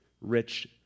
rich